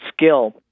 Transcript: skill